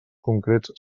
concrets